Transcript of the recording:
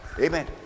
Amen